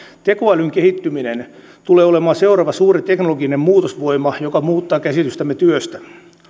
tekoälyn kehittyminen tulee olemaan seuraava suuri teknologinen muutosvoima joka muuttaa käsitystämme työstä